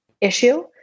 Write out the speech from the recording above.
issue